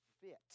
Fit